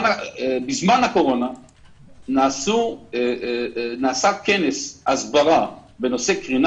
בזמן הקורונה נעשה כנס הסברה בנושא קרינה